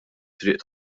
triq